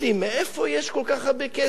מאיפה יש כל כך הרבה כסף?